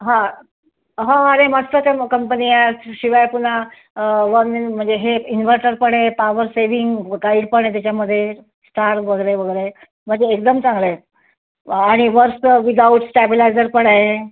हां हो अरे मस्तच आहे मग कंपनी याचशिवाय पुन्हा वन म्हणजे हे इन्वर्टर पण आहे पावरसेविंग गाईड पण आहे त्याच्यामध्ये स्टार वगैरे वगैरे म्हणजे एकदम चांगलं आहे आणि मस्त विदाऊट स्टॅबिलायजर पण आहे